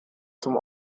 zum